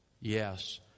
Yes